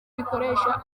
bikoresha